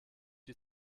die